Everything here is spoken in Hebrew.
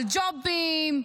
על ג'ובים,